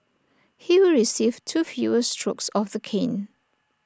he will receive two fewer strokes of the cane